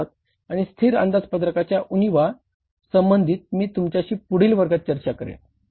तर लवचिक अंदाजपत्रक संबंधी मी तुमच्याशी पुढच्या वर्गात मी तुमच्याशी चर्चा करीन